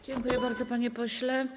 Dziękuję bardzo, panie pośle.